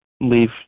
leave